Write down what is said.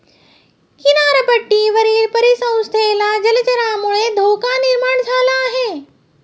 किनारपट्टीवरील परिसंस्थेला जलचरांमुळे धोका निर्माण झाला आहे